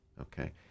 okay